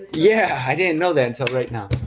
yeah. i didn't know that until right now.